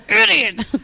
idiot